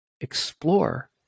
explore